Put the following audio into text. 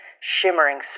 shimmering